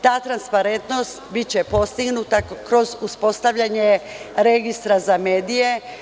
Ta transparentnost biće postignuta kroz uspostavljanje registra za medije.